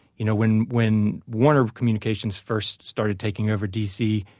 you know, when when warner communications first started taking over d c,